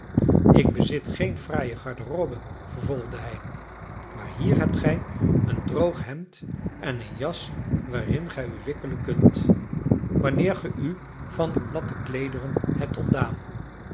ik bezit geen fraaie garderobe vervolgde hij maar hier hebt gij een droog hemd en een jas waarin gij u wikkelen kunt wanneer ge u van uw natte kleederen hebt ontdaan